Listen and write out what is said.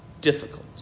Difficult